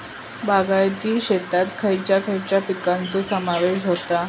बागायती शेतात खयच्या खयच्या पिकांचो समावेश होता?